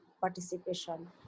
participation